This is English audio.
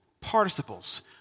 participles